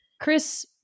Chris